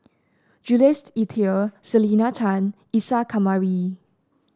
Jules Itier Selena Tan Isa Kamari